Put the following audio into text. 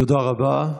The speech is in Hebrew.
תודה רבה.